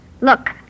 Look